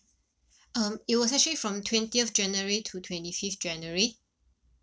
um it was actually from twentieth january to twenty fifth january